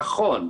נכון,